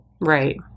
Right